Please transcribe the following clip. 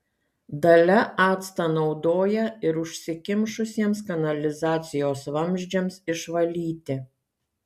dalia actą naudoja ir užsikimšusiems kanalizacijos vamzdžiams išvalyti